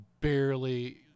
barely